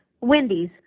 Wendy's